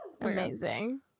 Amazing